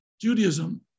Judaism